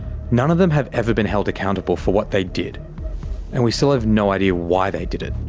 none of them have ever been held accountable for what they did and we still have no idea why they did it.